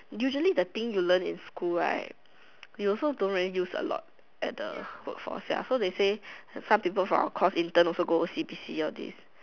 usually the thing you learn in school right you also don't usually use a lot at the workforce ya so they say some people from our course intern also go o_c_b_c all these